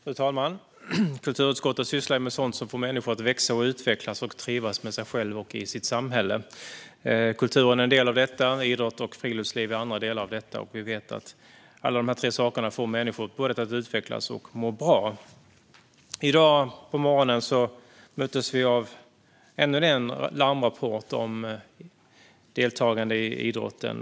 Fru talman! Kulturutskottet sysslar ju med sådant som får människor att växa och utvecklas och att trivas med sig själva och i sitt samhälle. Kulturen är en del av detta; idrott och friluftsliv är andra delar av det. Vi vet att alla dessa tre saker får människor att både utvecklas och må bra. I dag på morgonen möttes vi av ännu en larmrapport om deltagande i idrotten.